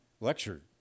lecture